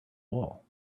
wall